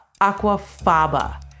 Aquafaba